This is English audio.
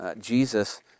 Jesus